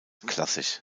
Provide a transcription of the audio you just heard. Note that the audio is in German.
klassisch